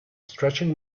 stretching